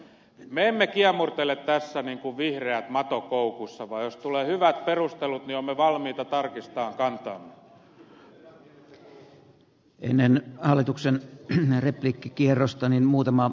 me emme kiemurtele tässä niin kuin vihreät mato koukussa vaan jos tulee hyvät perustelut niin olemme valmiita tarkistamaan kantaamme